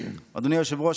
אדוני היושב-ראש,